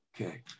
Okay